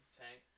tank